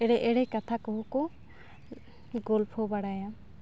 ᱮᱲᱮ ᱮᱲᱮ ᱠᱟᱛᱷᱟ ᱠᱚᱦᱚᱸ ᱠᱚ ᱜᱚᱞᱯᱷᱚ ᱵᱟᱲᱟᱭᱟ